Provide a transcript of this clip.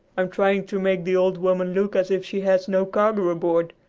i'm trying to make the old woman look as if she had no cargo aboard.